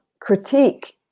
critique